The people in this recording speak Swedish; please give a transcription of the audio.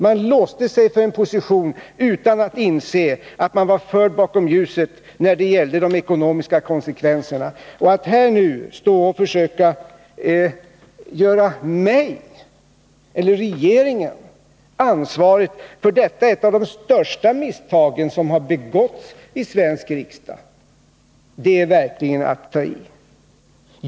Man låste sig för en position utan att inse att man var förd bakom ljuset när det gällde de ekonomiska konsekvenserna! Att nu försöka göra mig eller regeringen ansvarig för detta — ett av de största misstag som har begåtts av en svensk riksdag-— är verkligen att tai.